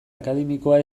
akademikoa